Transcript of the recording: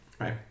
Right